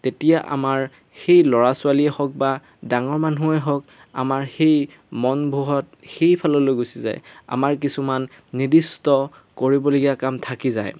তেতিয়া আমাৰ সেই ল'ৰা ছোৱালীয়ে হওক বা ডাঙৰ মানুহেই হওক আমাৰ সেই মন বোহত সেইফাললৈ গুচি যায় আমাৰ কিছুমান নিৰ্দিষ্ট কৰিবলগীয়া কাম থাকি যায়